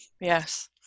Yes